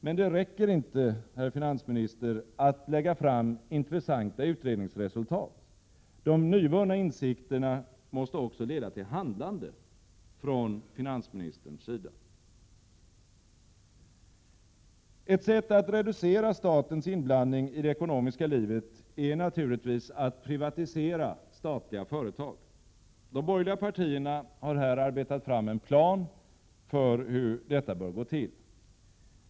Men det räcker inte, herr finansminister, att lägga fram intressanta utredningsresultat — de nyvunna insikterna måste också leda till handlande från finansministerns sida. Ett sätt att reducera statens inblandning i det ekonomiska livet är naturligtvis att privatisera statliga företag. De borgerliga partierna har här arbetat fram en plan för hur detta bör gå till.